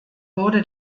wurde